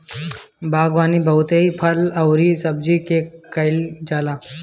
बागवानी बहुते फल अउरी सब्जी के कईल जाला